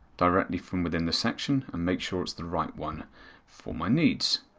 directly from within the section and make sure it is the right one for my needs.